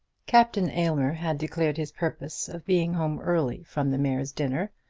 captain aylmer had declared his purpose of being home early from the mayor's dinner,